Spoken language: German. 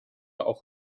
auch